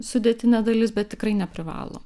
sudėtinė dalis bet tikrai neprivalo